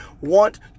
want